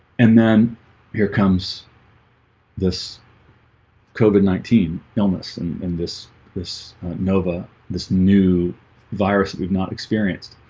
and then here comes this coban nineteen l miss and and this this nova this new virus that we've not experienced